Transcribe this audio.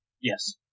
Yes